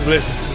Listen